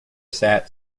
sat